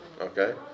Okay